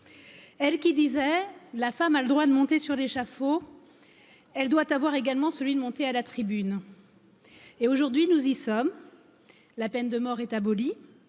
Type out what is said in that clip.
elle qui disait la femme a le droit de monter sur l'échafaud elle doit avoir également celui de montée à la tribune et aujourd'hui nous y sommes la peine de mort est abolie,